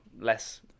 less